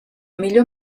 millor